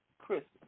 christmas